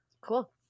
Cool